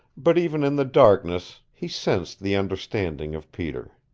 but even in the darkness he sensed the understanding of peter.